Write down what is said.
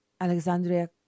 Alexandria